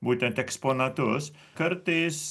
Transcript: būtent eksponatus kartais